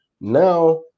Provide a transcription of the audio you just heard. Now